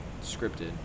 scripted